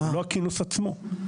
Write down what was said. לא הכינוס עצמו.